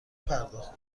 پرداخت